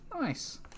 Nice